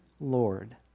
Lord